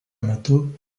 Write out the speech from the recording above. metu